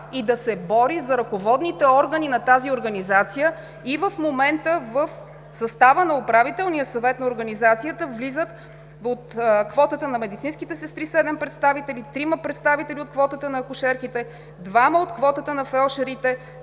и да се бори за ръководните органи на тази организация. В момента в състава на Управителния съвет на организацията влизат от квотата на медицинските сестри – седем представители, трима представители от квотата на акушерките, двама от квотата на фелдшерите,